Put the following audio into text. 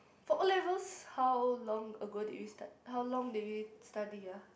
for O-levels how long ago did we start how long did we study ah